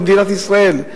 במדינת ישראל,